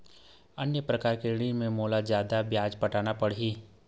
अन्य प्रकार के ऋण म मोला का जादा ब्याज पटाना पड़ही?